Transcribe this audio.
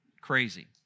Crazy